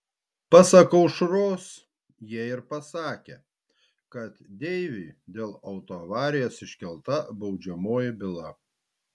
pasak aušros jie ir pasakę kad deiviui dėl autoavarijos iškelta baudžiamoji byla